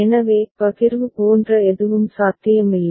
எனவே பகிர்வு போன்ற எதுவும் சாத்தியமில்லை